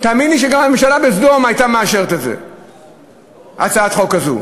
תאמין לי שגם הממשלה בסדום הייתה מאשרת הצעת חוק כזאת,